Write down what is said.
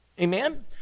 Amen